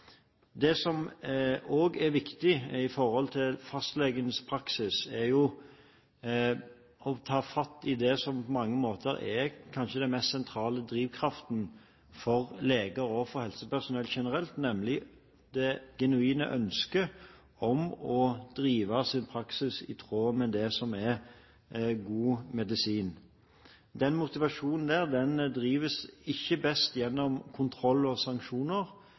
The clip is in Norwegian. Det som også er viktig i forhold til fastlegenes praksis, er å ta fatt i det som på mange måter kanskje er den mest sentrale drivkraften for leger og helsepersonell generelt, nemlig det genuine ønsket om å drive sin praksis i tråd med det som er god medisin. Den motivasjonen drives ikke best gjennom kontroll og sanksjoner,